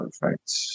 perfect